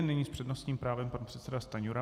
Nyní s přednostním právem pan předseda Stanjura.